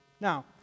Now